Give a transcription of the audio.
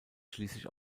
schließlich